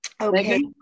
Okay